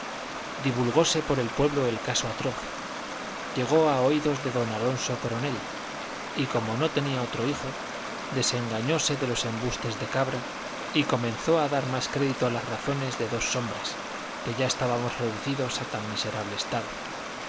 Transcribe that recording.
asombrados divulgóse por el pueblo el caso atroz llegó a oídos de don alonso coronel y como no tenía otro hijo desengañóse de los embustes de cabra y comenzó a dar más crédito a las razones de dos sombras que ya estábamos reducidos a tan miserable estado